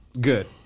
Good